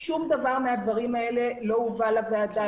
שום דבר מהדברים האלה לא הובא לוועדה,